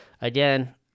again-